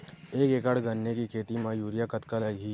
एक एकड़ गन्ने के खेती म यूरिया कतका लगही?